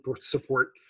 support